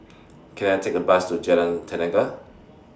Can I Take A Bus to Jalan Tenaga